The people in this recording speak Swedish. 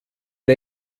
det